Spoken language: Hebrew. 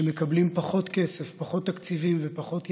שמקבלים פחות כסף, פחות תקציבים ופחות יחס,